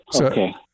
Okay